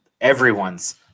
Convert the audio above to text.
everyone's